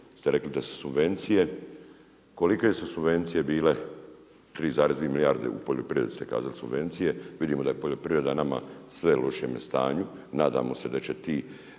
ste rekli da su subvencije. Kolike su subvencije bile 3,2 milijarde u poljoprivredi ste kazali subvencije. Vidimo da je poljoprivreda nama u sve lošijem stanju. Nadamo se da će ti